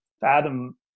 fathom